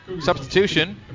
Substitution